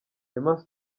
emma